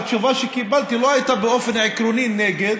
התשובה שקיבלתי לא הייתה באופן עקרוני נגד,